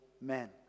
men